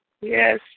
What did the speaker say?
Yes